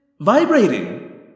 vibrating